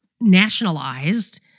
nationalized